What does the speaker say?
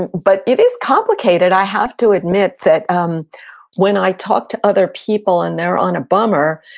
and but it is complicated. i have to admit that um when i talk to other people and they're on a bummer,